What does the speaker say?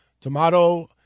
Tomato